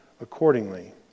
accordingly